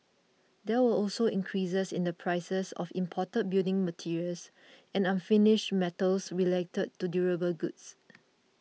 there were also increases in the prices of imported building materials and unfinished metals related to durable goods